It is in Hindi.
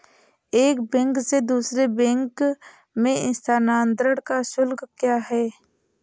एक बैंक से दूसरे बैंक में स्थानांतरण का शुल्क क्या है?